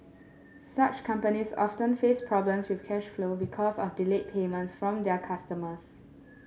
such companies often face problems with cash flow because of delayed payments from their customers